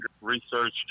research